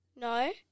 No